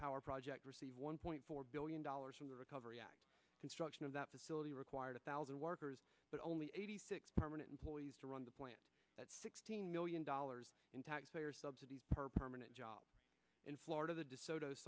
power project received one point four billion dollars from the recovery act construction of that facility required a thousand workers but only eighty six permanent employees to run the point at sixteen million dollars in taxpayer subsidies for permanent jobs in florida the